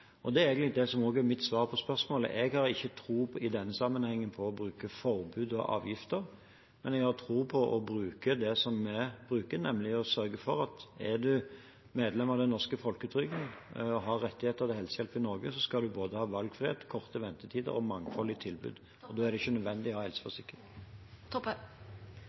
Det er egentlig det som er mitt svar på spørsmålet. Jeg har ikke i denne sammenhengen tro på å bruke forbud og avgifter, men jeg har tro på å bruke det som vi bruker, nemlig å sørge for at er man medlem av den norske folketrygden og har rettigheter til helsehjelp i Norge, skal man både ha valgfrihet, korte ventetider og et mangfoldig tilbud. Da er det ikke nødvendig å